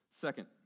Second